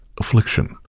affliction